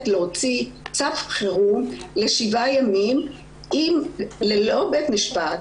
להוציא צו חירום ל-7 ימים ללא בית משפט,